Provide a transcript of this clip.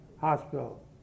hospital